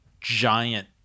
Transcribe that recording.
giant